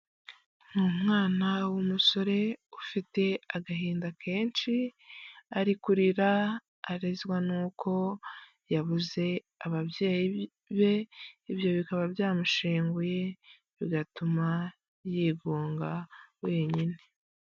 Ni umwana w'umusore ufite agahinda kenshi, ari kurira, arizwa n'uko yabuze ababyeyi be, ibyo bikaba byamushenguye, bigatuma yigunga wenyine.